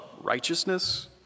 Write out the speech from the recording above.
righteousness